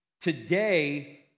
Today